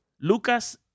Lucas